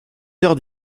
heures